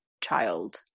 child